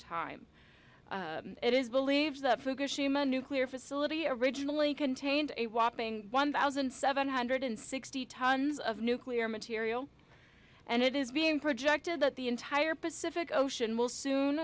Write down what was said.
time it is believed that fukushima nuclear facility originally contained a whopping one thousand seven hundred sixty tons of nuclear material and it is being projected that the entire pacific ocean will soon